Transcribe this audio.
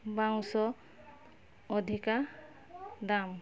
ବାଉଁଶ ଅଧିକା ଦାମ୍